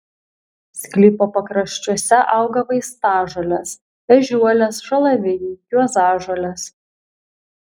sklypo pakraščiuose auga vaistažolės ežiuolės šalavijai juozažolės